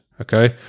Okay